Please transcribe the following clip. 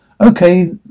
Okay